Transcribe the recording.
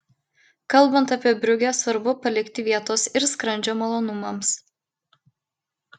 kalbant apie briugę svarbu palikti vietos ir skrandžio malonumams